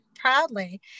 proudly